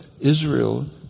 Israel